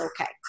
okay